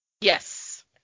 Yes